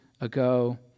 ago